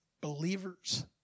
believers